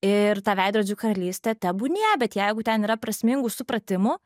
ir ta veidrodžių karalystė tebūnie bet jeigu ten yra prasmingų supratimų